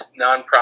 nonprofit